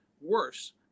worse